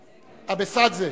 אבסדזה,